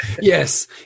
Yes